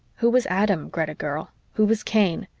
who was adam, greta girl? who was cain?